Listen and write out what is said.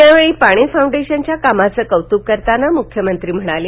यावेळी पाणी फाऊंडेशनच्या कामाचं कौतुक करताना मुख्यमंत्री म्हणाले